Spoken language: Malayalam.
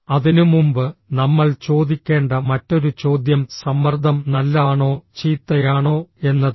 അതിനുമുമ്പ് നമ്മൾ ചോദിക്കേണ്ട മറ്റൊരു ചോദ്യം സമ്മർദ്ദം നല്ലതാണോ ചീത്തയാണോ എന്നതാണ്